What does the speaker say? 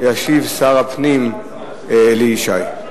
ישיב שר הפנים אלי ישי.